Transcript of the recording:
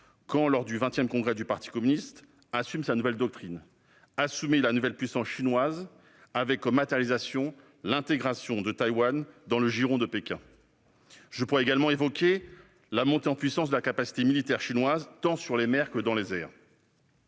annonce lors du XX Congrès du parti communiste, sa nouvelle doctrine : assumer la nouvelle puissance chinoise, avec comme matérialisation l'intégration de Taïwan dans le giron de Pékin ? Je pourrais également évoquer la montée en puissance de la capacité militaire de la Chine, tant sur les mers que dans les airs.